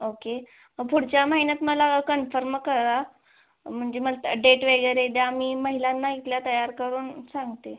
okay पुढच्या महिन्यात मला कन्फर्म करा म्हणजे मला डेट वगैरे द्या मी महिलांना इथल्या तयार करून सांगते